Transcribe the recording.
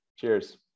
Cheers